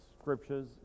scriptures